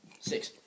Six